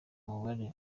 mubare